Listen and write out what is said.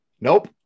Nope